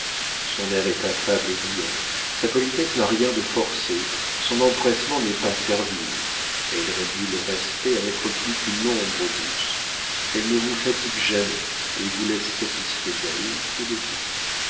son air est affable et riant sa politesse n'a rien de forcé son empressement n'est pas servile elle réduit le respect à n'être plus qu'une ombre douce elle ne vous fatigue jamais et vous laisse satisfait d'elle et de vous